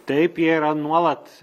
taip jie yra nuolat